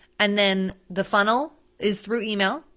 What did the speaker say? and then the funnel is through email,